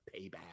Payback